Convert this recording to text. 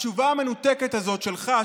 התשובה המנותקת הזאת שלך,